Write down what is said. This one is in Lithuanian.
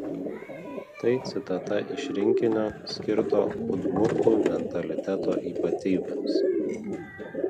tai citata iš rinkinio skirto udmurtų mentaliteto ypatybėms